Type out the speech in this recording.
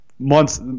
Months